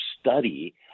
study